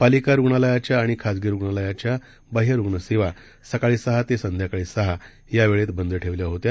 पालिकारुग्णालयाच्याआणिखाजगीरुग्णालयाच्याबाह्यरुग्णसेवासकाळीसहातेसंध्याकाळीसहा यावेळेतबंदठेवल्याहोत्या